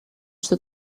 что